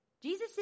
Jesus